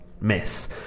miss